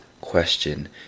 question